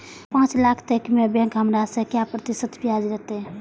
पाँच लाख तक में बैंक हमरा से काय प्रतिशत ब्याज लेते?